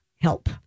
help